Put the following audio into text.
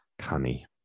canny